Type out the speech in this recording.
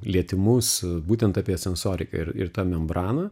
lietimus būtent apie sensoriką ir ir tą membrana